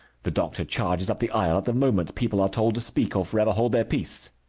the doctor charges up the aisle at the moment people are told to speak or forever hold their peace.